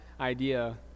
idea